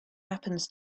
happens